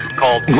called